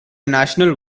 national